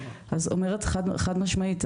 אז אומרת חד משמעית,